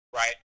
right